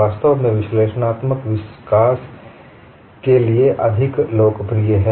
वास्तव में विश्लेषणात्मक विकास के लिए अधिक लोकप्रिय है